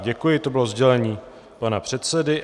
Děkuji, to bylo sdělení pana předsedy.